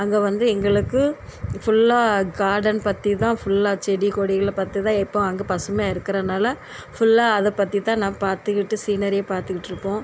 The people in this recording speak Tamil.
அங்கே வந்து எங்களுக்கு ஃபுல்லா கார்டன் பற்றி தான் ஃபுல்லா செடி கொடிகளைப் பற்றி தான் எப்போவும் அங்கே பசுமையாக இருக்குறதுனால ஃபுல்லா அதை பற்றி தான் நான் பார்த்துக்கிட்டு சினேரிய பார்த்துகிட்ருப்போம்